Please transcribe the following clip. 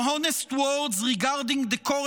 Your honest words regarding the current